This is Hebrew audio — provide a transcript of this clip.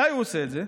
מתי הוא עושה את זה?